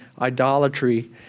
idolatry